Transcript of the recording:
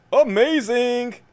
Amazing